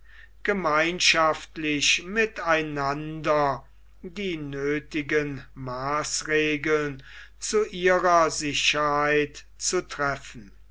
gemeinschaftlich miteinander die nöthigen maßregeln zu ihrer sicherheit zu treffen